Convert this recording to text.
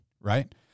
right